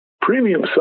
Premium